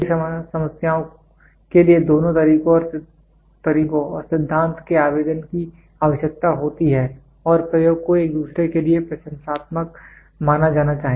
कई समस्याओं के लिए दोनों तरीकों और सिद्धांत के आवेदन की आवश्यकता होती है और प्रयोग को एक दूसरे के लिए प्रशंसात्मक माना जाना चाहिए